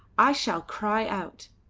i shall cry out.